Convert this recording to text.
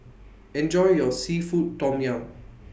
Enjoy your Seafood Tom Yum